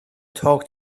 talk